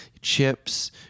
chips